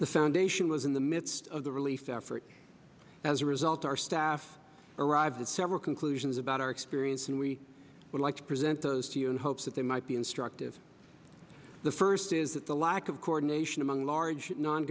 the foundation was in the midst of the relief effort as a result our staff arrived several conclusions about our experience and we would like to present those to you in hopes that they might be instructive the first is that the lack of coordination among large non